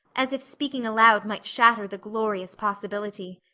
as if speaking aloud might shatter the glorious possibility.